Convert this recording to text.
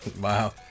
Wow